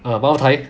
mou tai